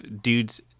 dudes